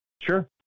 Sure